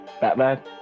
Batman